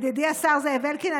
ידידי השר זאב אלקין,